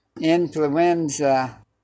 influenza